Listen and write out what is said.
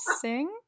sing